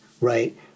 right